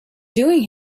doing